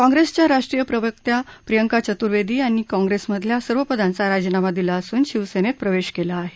काँग्रेसच्या राष्ट्रीय प्रवक्त्या प्रियंका चतुर्वेदी यांनी काँग्रेसमधल्या सर्व पदांचा राजीनामा दिला असून शिवसेनेत प्रवेश केला आहे